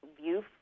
view